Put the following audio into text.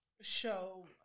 Show